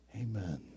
Amen